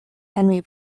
henri